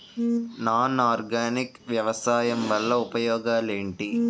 Non organic వ్యవసాయం వల్ల ఉపయోగాలు ఏంటీ?